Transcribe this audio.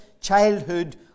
childhood